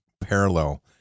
parallel